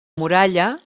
muralla